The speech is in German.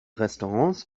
restaurants